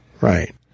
right